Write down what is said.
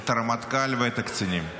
את הרמטכ"ל ואת הקצינים.